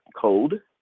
code